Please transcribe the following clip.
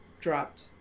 dropped